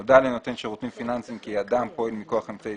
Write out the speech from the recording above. נודע לנותן שירותים פיננסיים כי אדם פועל מכוח אמצעי